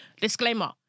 disclaimer